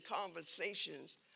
conversations